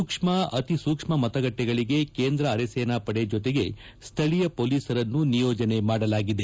ಸೂಕ್ಷ್ನ ಅತಿ ಸೂಕ್ಷ್ನ ಮತಗಬ್ಬೆಗಳಿಗೆ ಕೇಂದ್ರ ಆರಸೇನಾಪಡೆ ಜೊತೆಗೆ ಸ್ವಳೀಯ ಮೊಲೀಸರನ್ನು ನಿಯೋಜನೆ ಮಾಡಲಾಗಿದೆ